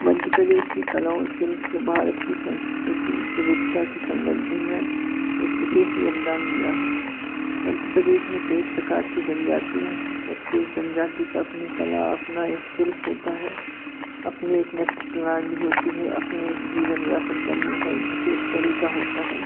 मध्य प्रदेश की कला और शिल्प से भारत की संस्कृति विविधता की संबंधी में एक विशेष योगदान दिया है मध्य प्रदेश में कई प्रकार की जनजातियाँ हैं प्रत्येक जनजाति का अपनी कला अपना एक शिल्प होता है अपनी एक नृत्य प्रणाली होती है अपने एक जीवन व्यापन करने का एक विशेष तरीक़ा होता है